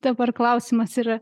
dabar klausimas ir